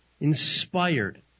inspired